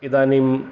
इदानीं